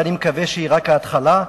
ואני מקווה שהיא רק ההתחלה.